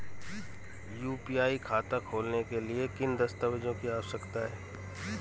UPI खाता खोलने के लिए किन दस्तावेज़ों की आवश्यकता होती है?